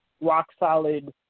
rock-solid